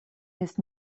his